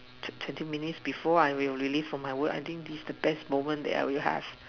the twenty minutes before I will release for my work I think is the best moment I will have